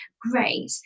Great